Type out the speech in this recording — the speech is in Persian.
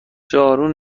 جارو